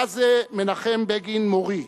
היה זה מנחם בגין מורי,